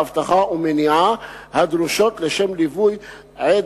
אבטחה ומניעה הדרושות לשם ליווי עד